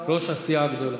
ראש הסיעה הגדולה.